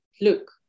look